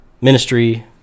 ministry